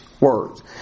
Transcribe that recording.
words